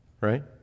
Right